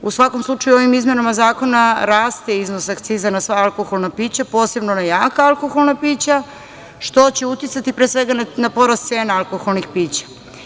U svakom slučaju ovim izmenama zakona rast iznos akciza na sva alkoholna pića, posebno na jaka alkoholna pića, što će uticati na porast cena alkoholnih pića.